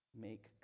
make